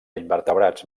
invertebrats